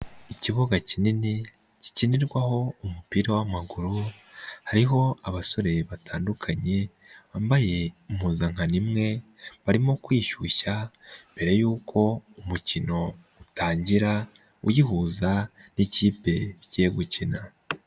Ikibuga kinini gikinirwaho umupira w'amaguru, hariho abasore batandukanye bambaye impuzankano imwe, barimo kwishyushya mbere y'uko umukino utangira, uyihuza n'ikipe bagiyeye gukina.